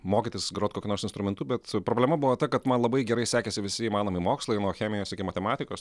mokytis grot kokiu nors instrumentu bet problema buvo ta kad man labai gerai sekėsi visi įmanomi mokslai nuo chemijos iki matematikos